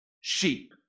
sheep